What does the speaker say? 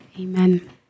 Amen